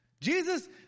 Jesus